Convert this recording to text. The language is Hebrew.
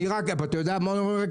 אתה יודע מה?